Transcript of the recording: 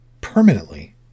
permanently